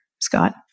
Scott